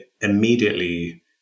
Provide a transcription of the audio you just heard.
immediately